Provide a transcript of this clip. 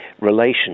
relations